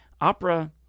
Opera